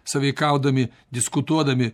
sąveikaudami diskutuodami